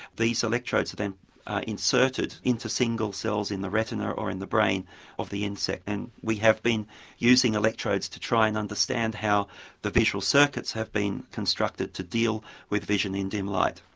these electrodes are then inserted into single cells in the retina or or in the brain of the insect, and we have been using electrodes to try and understand how the visual circuits have been constructed to deal with vision in dim light.